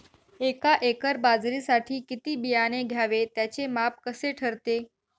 एका एकर बाजरीसाठी किती बियाणे घ्यावे? त्याचे माप कसे ठरते?